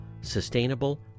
sustainable